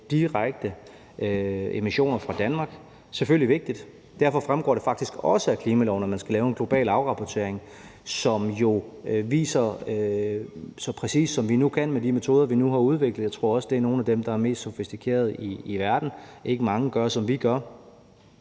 sig til emissioner fra Danmark, selvfølgelig vigtigt, og derfor fremgår det faktisk også af klimaloven, at man skal lave en global afrapportering, som jo viser, så præcist som vi nu kan med de metoder, vi nu har udviklet – jeg tror også, det er nogle af dem, der er de mest sofistikerede i verden, for ikke mange gør, som vi gør